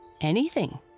Anything